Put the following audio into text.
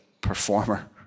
performer